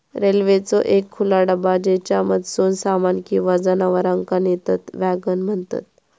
रेल्वेचो एक खुला डबा ज्येच्यामधसून सामान किंवा जनावरांका नेतत वॅगन म्हणतत